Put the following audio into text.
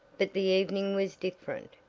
but the evening was different,